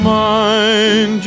mind